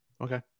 Okay